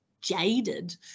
jaded